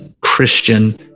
Christian